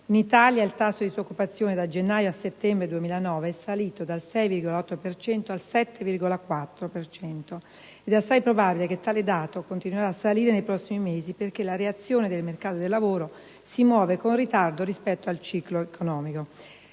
In Italia il tasso di disoccupazione, da gennaio a settembre 2009, è salito dal 6,8 al 7,4 per cento, ed è assai probabile che tale dato continui a salire nei prossimi mesi, perché la reazione del mercato del lavoro si muove con ritardo rispetto al ciclo economico.